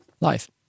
life